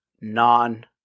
non